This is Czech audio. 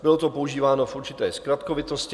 Bylo to používáno v určité zkratkovitosti.